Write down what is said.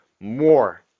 more